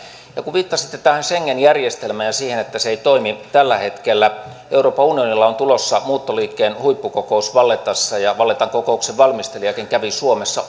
kun viittasitte tähän schengen järjestelmään ja siihen että se ei toimi tällä hetkellä euroopan unionilla on tulossa muuttoliikkeen huippukokous vallettassa ja vallettan kokouksen valmistelijakin kävi suomessa